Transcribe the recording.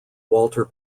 walter